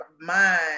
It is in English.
mind